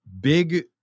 big